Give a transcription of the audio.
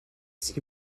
six